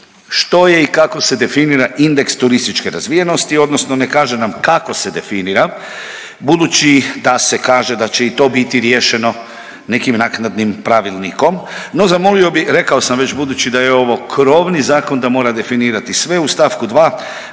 što je i kako se definira indeks turističke razvijenosti odnosno ne kaže nam kako se definira budući da se kaže da će i to biti riješeno nekim naknadim pravilnikom, no zamolio bih, rekao sam već, budući da je ovo krovni zakon, da mora definirati sve u st. 2,